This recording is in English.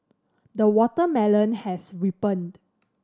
the watermelon has ripened